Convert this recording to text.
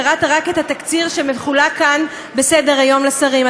קראת רק את התקציר שמחולק כאן בסדר-היום לשרים.